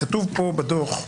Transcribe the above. כתוב פה, בדו"ח,